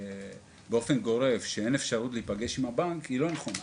באופן גורף שאין אפשרות להיפגש עם הבנק היא לא נכונה.